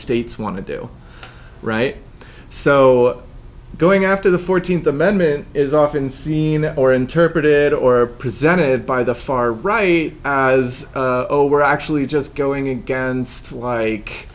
states want to do right so going after the fourteenth amendment is often seen or interpreted or presented by the far right as oh we're actually just going against like